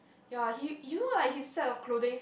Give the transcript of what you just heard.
ya he you know like his set of clothings